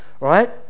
right